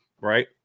Right